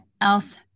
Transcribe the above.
else